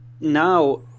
now